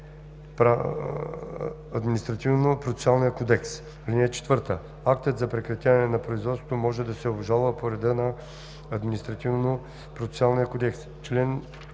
Административнопроцесуалния кодекс. (4) Актът за прекратяване на производството може да се обжалва по реда на Административнопроцесуалния кодекс.“